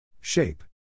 Shape